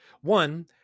one